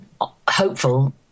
hopeful